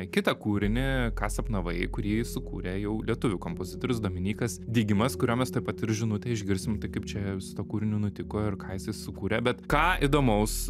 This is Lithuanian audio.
kitą kūrinį ką sapnavai kurį sukūrė jau lietuvių kompozitorius dominykas digimas kurio mes tuoj pat ir žinutę išgirsim tai kaip čia su tuo kūriniu nutiko ir ką jisai sukūrė bet ką įdomaus